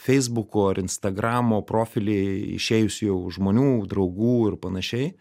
feisbuko ar instagramo profiliai išėjusių jau žmonių draugų ir panašiai